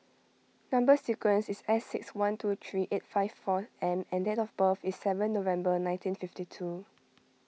Number Sequence is S six one two three eight five four M and date of birth is seven November nineteen fifty two